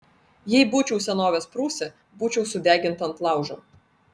jei būčiau senovės prūsė būčiau sudeginta ant laužo